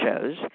shows